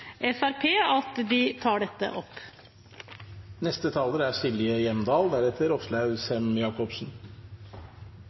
at de tar dette opp.